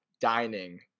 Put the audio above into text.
dining